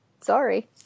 Sorry